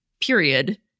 period